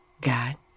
God